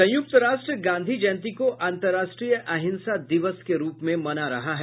संयुक्त राष्ट्र गांधी जयंती को अंतर्राष्ट्रीय अहिंसा दिवस के रूप में मना रहा है